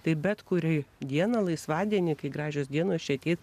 tai bet kuriai dieną laisvadienį kai gražios dienos šitiek